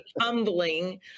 humbling